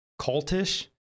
Cultish